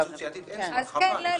למה לא.